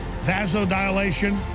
vasodilation